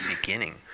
beginning